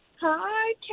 Hi